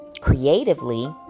creatively